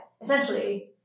essentially